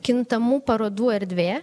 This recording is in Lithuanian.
kintamų parodų erdvė